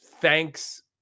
thanks